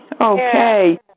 Okay